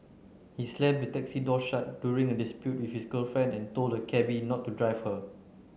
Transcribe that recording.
he slammed the taxi door shut during a dispute with his girlfriend and told the cabby not to drive her